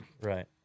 Right